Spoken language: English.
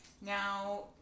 Now